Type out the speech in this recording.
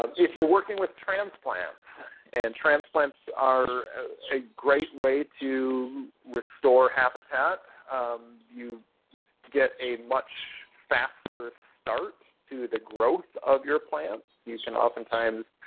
if you're working with transplants and transplants are a great way to restore habitat you get a much faster start to the growth of your plants. you can oftentimes